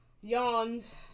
yawns